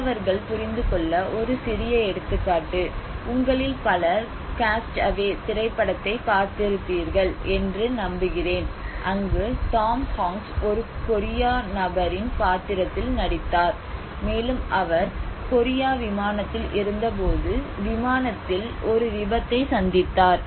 மாணவர்கள் புரிந்து கொள்ள ஒரு சிறிய எடுத்துக்காட்டு உங்களில் பலர் காஸ்ட் அவே திரைப்படத்தைப் பார்த்திருப்பீர்கள் என்று நம்புகிறேன் அங்கு டாம் ஹாங்க்ஸ் ஒரு கொரியா நபரின் பாத்திரத்தில் நடித்தார் மேலும் அவர் கொரியா விமானத்தில் இருந்தபோது விமானத்தில் ஒரு விபத்தை சந்தித்தார்